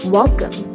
Welcome